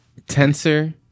Tensor